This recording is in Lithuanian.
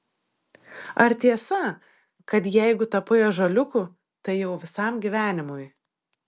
ar tiesa kad jeigu tapai ąžuoliuku tai jau visam gyvenimui